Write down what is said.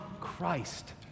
Christ